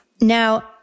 Now